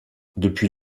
depuis